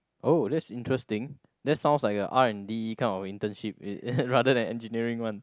oh that's interesting that sounds like a R_N_D kinda internship rather than engineering one